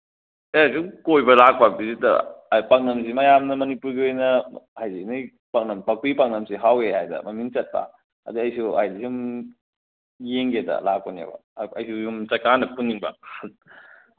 ꯁꯤꯗ ꯁꯨꯝ ꯀꯣꯏꯕ ꯂꯥꯛꯄ ꯚꯤꯖꯤꯇꯔ ꯄꯥꯛꯅꯝꯁꯤ ꯃꯌꯥꯝꯅ ꯃꯅꯤꯄꯨꯔꯒꯤ ꯑꯣꯏꯅ ꯍꯥꯏꯗꯤ ꯃꯤ ꯄꯥꯛꯅꯝ ꯄꯥꯛꯄꯤ ꯄꯥꯛꯅꯝꯁꯤ ꯍꯥꯎꯋꯤ ꯍꯥꯏꯗ ꯃꯃꯤꯡ ꯆꯠꯄ ꯑꯗꯩ ꯑꯩꯁꯨ ꯁꯨꯝ ꯌꯦꯡꯒꯦꯗ ꯂꯥꯛꯄꯅꯦꯕ ꯑꯩꯁꯨ ꯌꯨꯝ ꯆꯠꯀꯥꯟꯗ ꯄꯨꯅꯤꯡꯕ